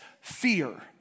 fear